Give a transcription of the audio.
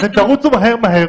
אתם תרוצו מהר-מהר,